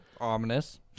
Ominous